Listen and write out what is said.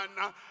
man